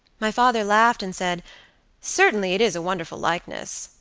my father laughed, and said certainly it is a wonderful likeness,